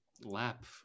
lap